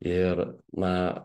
ir na